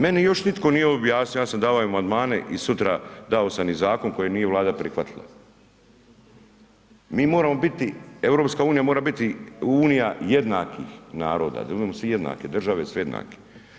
Meni još nitko nije objasnio, ja sam davao i amandmane i sutra dao sam i zakon koji nije Vlada prihvatila, mi moramo biti, EU mora biti unija jednakih naroda, da budemo svi jednaki, države sve jednake.